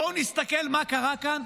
בואו נסתכל מה קרה כאן